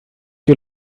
you